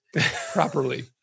properly